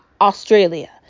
australia